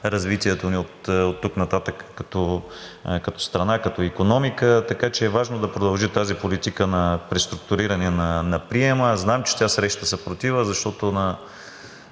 развитието ни оттук нататък като страна, като икономика. Така че е важно да продължи тази политика на преструктуриране на приема. Знам, че тя среща съпротива, защото